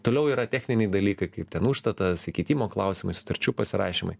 toliau yra techniniai dalykai kaip ten užstatas įkeitimo klausimai sutarčių pasirašymai